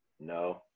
no